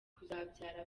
kuzabyara